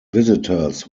visitors